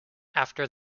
after